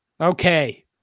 Okay